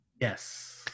Yes